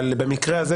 במקרה הזה,